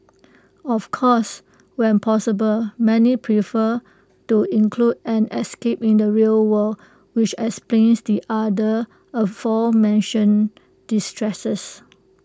of course when possible many prefer to include an escape in the real world which explains the other aforementioned distresses